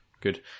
good